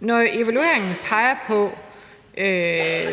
Når evalueringen peger på